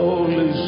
Holy